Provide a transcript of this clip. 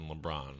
LeBron